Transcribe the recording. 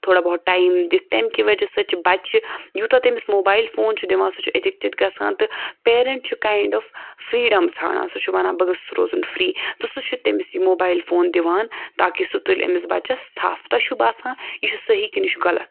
تھوڑا بہت ٹایِم دِتھ تَمہِ کہِ وجہ سۭتۍ چھِ بَچہِ یوٗتاہ تٔمِس موبایِل فون چھُ دِوان سُہ چھُ اَیٚڈِکٹِڈ گَژھان تہٕ پَیرَنٛٹ چھُ کایِنٛڈ آف فرٛیٖڈَم ژھانٛڈان سُہ چھُ وَنان بہٕ گٔژھ سُہ روزُن فِرِی تہٕ سُہ چھُ تٔمِس یہِ موبایِل فون دِوان تاکہِ سُہ تُلہِ أمِس بَچَس تھَف تۄہہِ چھُو باسان یہِ چھُ صحیح کِنہٕ یہِ چھُ غلط